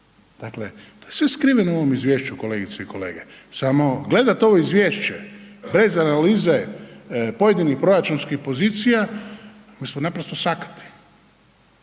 Dakle, to je sve skriveno u ovom izvješću, kolegice i kolege. Samo, gledat ovo izvješće bez analize pojedinih proračunskih pozicija, mi smo naprosto sakati.